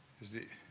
is the